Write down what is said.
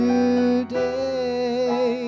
Today